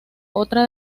otra